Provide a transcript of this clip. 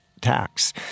tax